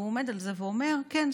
והוא עומד על כך ואומר: כן,